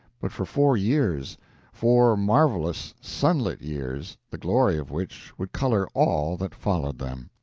but for four years four marvelous, sunlit years, the glory of which would color all that followed them.